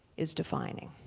is defining.